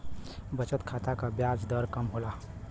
बचत खाता क ब्याज दर कम होला